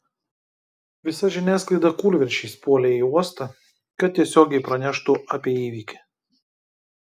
visa žiniasklaida kūlvirsčiais puolė į uostą kad tiesiogiai praneštų apie įvykį